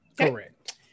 Correct